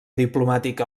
diplomàtic